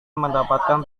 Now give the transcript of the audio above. mendapatkan